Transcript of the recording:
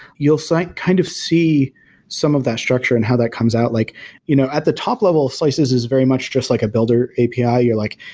you'll see kind of see some of that structure and how that comes out. like you know at the top level, slices is very much just like a builder api. ah you're like,